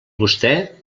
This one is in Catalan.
vostè